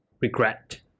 regret